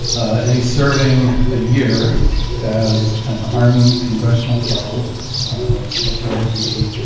and he's serving a year as an army congressional fellow before he